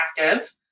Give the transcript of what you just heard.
active